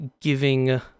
giving